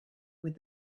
with